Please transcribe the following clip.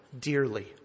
dearly